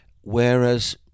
Whereas